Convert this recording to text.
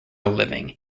living